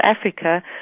Africa